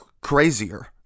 crazier